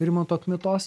rimanto kmitos